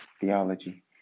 theology